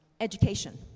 education